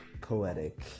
poetic